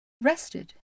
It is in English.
rested